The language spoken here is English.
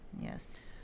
yes